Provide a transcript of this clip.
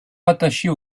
rattachés